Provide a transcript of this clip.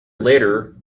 later